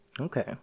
Okay